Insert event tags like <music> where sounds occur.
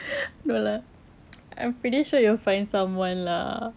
<breath> no lah I'm pretty sure you will find someone lah